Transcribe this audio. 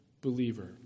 believer